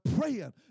praying